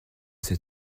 sept